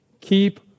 Keep